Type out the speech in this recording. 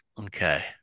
Okay